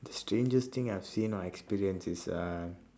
the strangest thing I have seen or experienced is uh